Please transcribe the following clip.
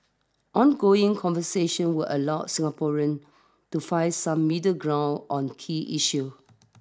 ongoing conversation will allow Singaporeans to find some middle ground on key issues